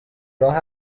راه